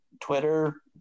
Twitter